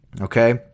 Okay